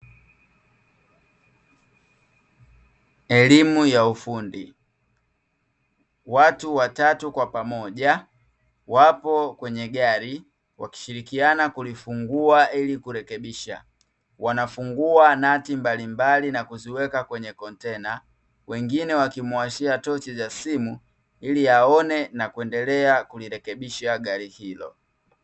Elimu ya ufundi. Watu watatu kwa pamoja wapo kwenye gari, wakishirikiana kulifungua ili kurekebisha. Wanafungua nati mbalimbali na kuziweka kwenye kontena, wengine wakimuwashia tochi za simu ili aone na kuendelea kulirekebisha gari hilo.